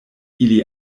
ili